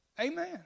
Amen